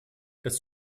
das